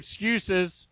excuses